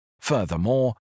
Furthermore